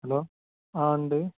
hello ആ ഉണ്ട്